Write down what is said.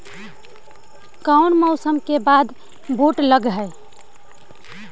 कोन मौसम के बाद बुट लग है?